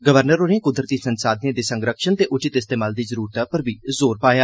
governor होरें कुदरती संसाधनें दे संरक्षण ते उचित इस्तेमाल दी जरूरतै पर बी जोर पाया